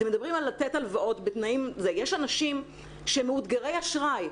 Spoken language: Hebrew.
אתם מדברים על לתת הלוואות - יש אנשים שהם מאותגרי אשראי,